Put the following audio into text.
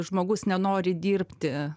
žmogus nenori dirbti